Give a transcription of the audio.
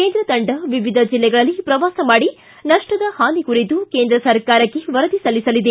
ಕೇಂದ್ರ ತಂಡ ವಿವಿಧ ಜಿಲ್ಲೆಗಳಲ್ಲಿ ಪ್ರವಾಸ ಮಾಡಿ ನಪ್ಪದ ಹಾನಿ ಕುರಿತು ಕೇಂದ್ರ ಸರ್ಕಾರಕ್ಷೆ ವರದಿ ಸಲ್ಲಿಸಲಿದೆ